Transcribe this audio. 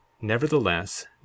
Nevertheless